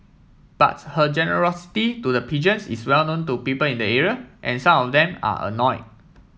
but her generosity to the pigeons is well known to people in the area and some of them are annoyed